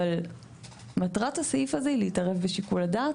אבל מטרת הסעיף הזה היא להתערב בשיקול הדעת